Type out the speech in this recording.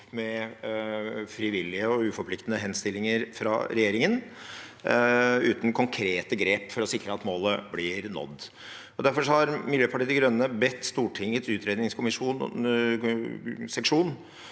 med frivillige og uforpliktende henstillinger fra regjeringen uten konkrete grep for å sikre at målet blir nådd. Derfor har Miljøpartiet De Grønne bedt Stortingets utredningsseksjon